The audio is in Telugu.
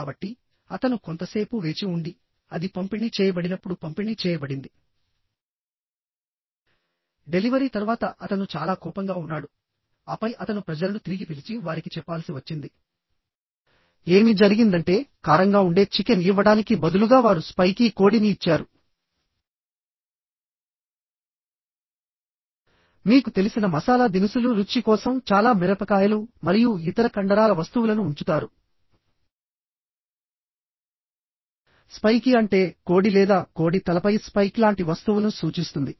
కాబట్టి అతను కొంతసేపు వేచి ఉండి అది పంపిణీ చేయబడినప్పుడు పంపిణీ చేయబడింది డెలివరీ తర్వాత అతను చాలా కోపంగా ఉన్నాడు ఆపై అతను ప్రజలను తిరిగి పిలిచి వారికి చెప్పాల్సి వచ్చింది ఏమి జరిగిందంటే కారంగా ఉండే చికెన్ ఇవ్వడానికి బదులుగా వారు స్పైకీ కోడిని ఇచ్చారు మీకు తెలిసిన మసాలా దినుసులు రుచి కోసం చాలా మిరపకాయలు మరియు ఇతర కండరాల వస్తువులను ఉంచుతారు స్పైకీ అంటే కోడి లేదా కోడి తలపై స్పైక్ లాంటి వస్తువును సూచిస్తుంది